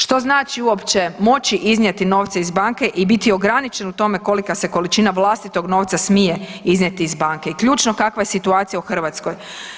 Što znači uopće moći iznijeti novce iz banke i biti ograničen u tome kolika se količina vlastitog novca smije iznijeti iz banke i ključno kakva je situacija u Hrvatskoj?